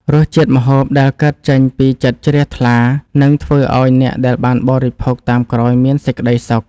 រសជាតិម្ហូបដែលកើតចេញពីចិត្តជ្រះថ្លានឹងធ្វើឱ្យអ្នកដែលបានបរិភោគតាមក្រោយមានសេចក្តីសុខ។